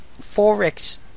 forex